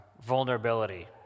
vulnerability